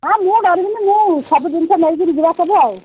ହଁ ମୁଁ ଡରିବିନି ମୁଁ ସବୁ ଜିନିଷ ନେଇକିରି ଯିବା ସବୁ ଆଉ